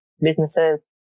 businesses